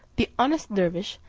the honest dervise,